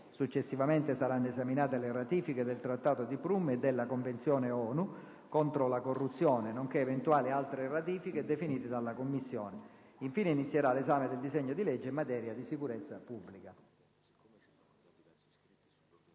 Successivamente saranno esaminate le ratifiche del Trattato di Prum e della Convenzione ONU contro la corruzione, nonché eventuali altre ratifiche definite dalla Commissione. Infine inizierà l'esame del disegno di legge in materia di sicurezza pubblica.